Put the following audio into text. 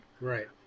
Right